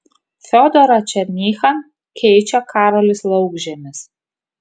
fiodorą černychą keičia karolis laukžemis